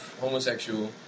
homosexual